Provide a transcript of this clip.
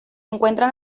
encuentran